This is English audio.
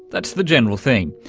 that's the general theme,